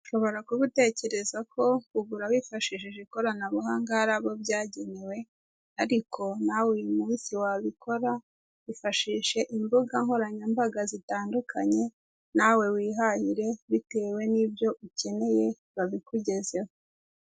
Ushobora kuba utekereza ko kugura wifashishije ikoranabuhanga hari abo byagenewe ariko nawe uyu munsi wabikora ifashishe imbugankoranyambaga zitandukanye nawe wihahire bitewe nibyo ukeneye babikugezeho.